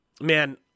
Man